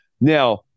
now